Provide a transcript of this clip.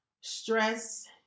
stress